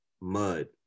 mud